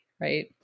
Right